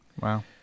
Wow